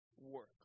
work